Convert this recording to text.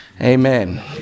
amen